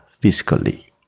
physically